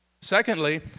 Secondly